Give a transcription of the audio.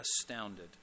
astounded